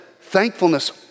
Thankfulness